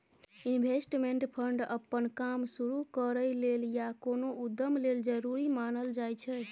investment fund अप्पन काम शुरु करइ लेल या कोनो उद्यम लेल जरूरी मानल जाइ छै